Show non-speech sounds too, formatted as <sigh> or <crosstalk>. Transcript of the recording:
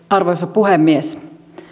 <unintelligible> arvoisa puhemies